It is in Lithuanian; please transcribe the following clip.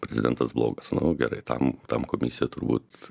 prezidentas blogas nu gerai tam tam komisija turbūt